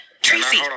Tracy